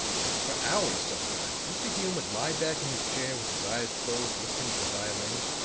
for hours, sometimes, mr. hume would lie back in his chair with his eyes closed listening to the violin.